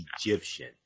Egyptian